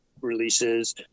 releases